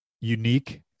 unique